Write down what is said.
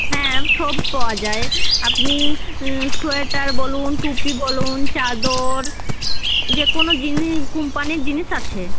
হ্যাঁ সব পাওয়া যায় আপনি সোয়েটার বলুন টুপি বলুন চাদর যেকোনো জিনিস কোম্পানির জিনিস আছে